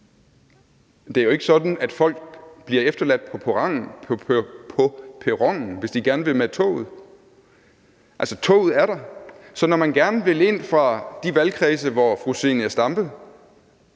det er jo ikke sådan, at folk bliver efterladt på perronen, hvis de gerne vil med toget. Altså, toget er der. Så når man gerne vil ind fra de valgkredse, hvor fru Zenia Stampe